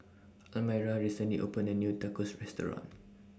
Almyra recently opened A New Tacos Restaurant